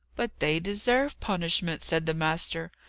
but they deserve punishment, said the master.